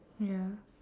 ya